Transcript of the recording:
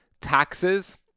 taxes